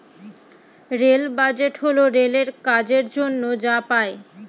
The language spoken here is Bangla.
রেল বাজেট হল রেলের কাজের জন্য যা পাই